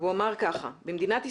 והוא אמר ככה: 'במדינת ישראל,